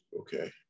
okay